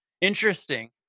interesting